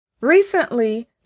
Recently